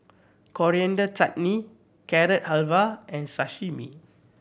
Coriander Chutney Carrot Halwa and Sashimi